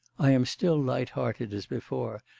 i am still light-hearted as before,